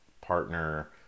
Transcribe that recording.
partner